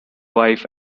wife